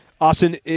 Austin